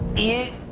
it